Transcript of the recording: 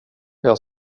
jag